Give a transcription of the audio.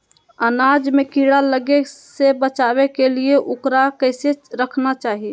अनाज में कीड़ा लगे से बचावे के लिए, उकरा कैसे रखना चाही?